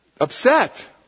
upset